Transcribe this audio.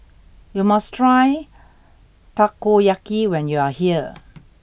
you must try Takoyaki when you are here